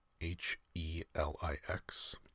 H-E-L-I-X